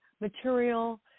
material